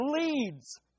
leads